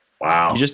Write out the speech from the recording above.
Wow